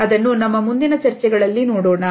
ಅದನ್ನು ನಮ್ಮ ಮುಂದಿನ ಚರ್ಚೆಗಳಲ್ಲಿ ನೋಡೋಣ